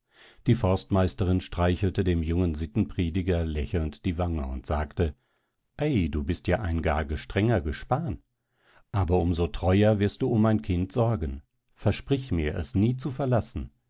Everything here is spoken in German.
die forstmeisterin streichelte dem jungen sittenprediger lächelnd die wange und sagte ei du bist ja ein gar gestrenger gespan aber um so treuer wirst du um mein kind sorgen versprich mir es nie zu verlassen